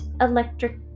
electric